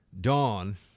dawn